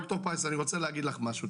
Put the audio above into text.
דוקטור פרייס, אני רוצה לומר לך משהו.